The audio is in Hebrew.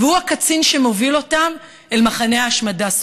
והוא הקצין שמוביל אותם אל מחנה ההשמדה סוביבור,